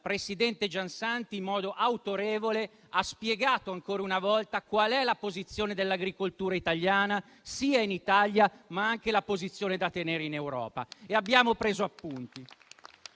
presidente Giansanti, in modo autorevole, ha spiegato ancora una volta qual è la posizione dell'agricoltura italiana in Italia e qual è la posizione da tenere in Europa. E abbiamo preso appunti.